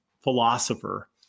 philosopher